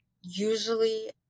usually